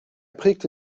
prägte